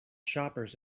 shoppers